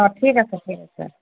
অঁ ঠিক আছে ঠিক আছে